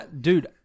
Dude